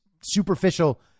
superficial